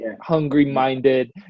hungry-minded